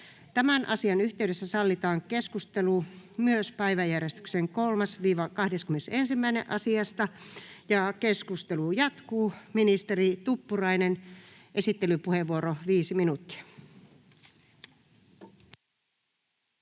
Tämän asian yhteydessä sallitaan keskustelu myös päiväjärjestyksen 3.—21. asiasta. Keskustelu jatkuu. — Ministeri Tuppurainen, esittelypuheenvuoro, 5 minuuttia.